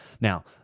Now